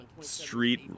street